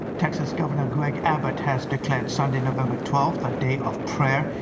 texas governor greg abbott has declared sunday, november twelfth, the day of prayer.